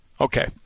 okay